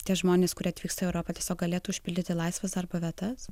tie žmonės kurie atvyksta į europą tiesiog galėtų užpildyti laisvas darbo vietas